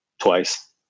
twice